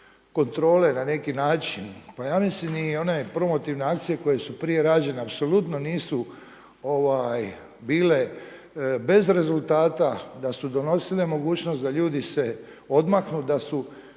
kontrole na neki način pa ja mislim i one promotivne akcije koje su prije rađene apsolutno nisu bile bez rezultata da su donosile mogućnost da ljudi se odmaknu da su